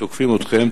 תוקפים אתכם,